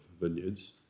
vineyards